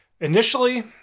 initially